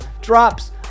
drops